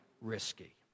risky